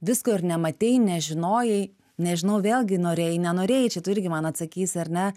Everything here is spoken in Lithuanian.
visko ir nematei nežinojai nežinau vėlgi norėjai nenorėjai čia tu irgi man atsakysi ar ne